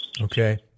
okay